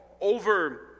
Over